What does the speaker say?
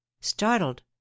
Startled